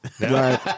Right